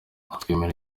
twemera